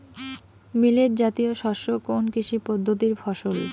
Millet জাতীয় শস্য কোন কৃষি পদ্ধতির ফসল?